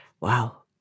wow